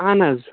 اَہَن حظ